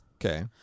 Okay